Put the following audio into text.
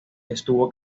estuvo